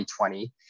2020